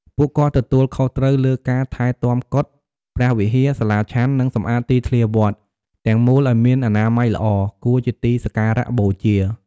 ពួកគាត់ទទួលខុសត្រូវលើការ ថែទាំកុដិ ព្រះវិហារ សាលាឆាន់ និង សម្អាតទីធ្លាវត្ត ទាំងមូលឲ្យមានអនាម័យល្អ គួរជាទីសក្ការៈបូជា។